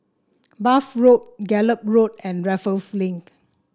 Bath Road Gallop Road and Raffles Link